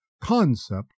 concept